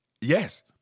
Yes